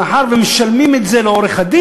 מאחר שמשלמים את זה לעורך-הדין,